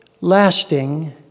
lasting